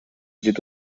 afegit